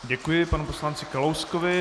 Děkuji panu poslanci Kalouskovi.